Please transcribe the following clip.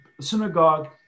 synagogue